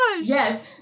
Yes